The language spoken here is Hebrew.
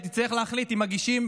היא תצטרך להחליט אם מגישים,